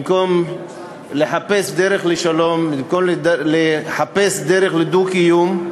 שבמקום לחפש דרך לשלום, במקום לחפש דרך לדו-קיום,